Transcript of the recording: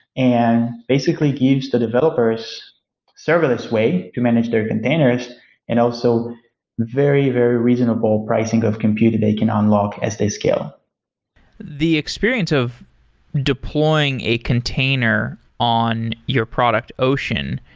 and basically gives the developers serverless way to manage their containers and also very, very reasonable pricing of compute they can ah unlock as they scale the experience of deploying a container on your product, ocean,